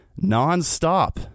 nonstop